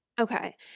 Okay